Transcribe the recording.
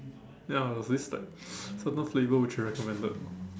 ya it was this like certain flavour which he recommended